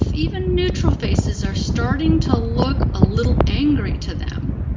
even neutral faces are starting to look a little angry to them.